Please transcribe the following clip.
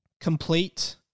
complete